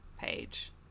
page